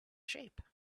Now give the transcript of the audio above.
shape